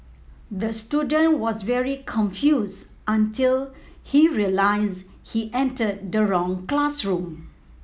the student was very confused until he realised he entered the wrong classroom